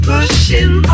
Pushing